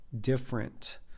different